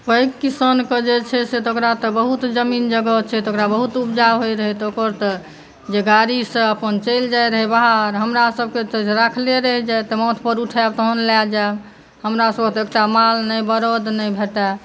पैघ किसानके जे छै से तऽ ओकरा तऽ बहुत जमीन जगह छै तऽ ओकरा बहुत उपजा होइ रहै तऽ ओकर तऽ जे गाड़ीसँ अपन चलि जाइ रहै बाहर हमरासभके तऽ राखलै रहि जाय तऽ माथ पर उठायब तहन लऽ जायब हमरासभके तऽ एकटा माल नहि बरद नहि भेटैया